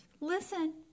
Listen